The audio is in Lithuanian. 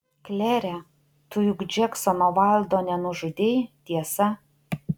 klere tu juk džeksono vaildo nenužudei tiesa